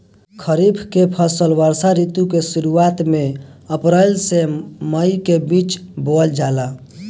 खरीफ के फसल वर्षा ऋतु के शुरुआत में अप्रैल से मई के बीच बोअल जाला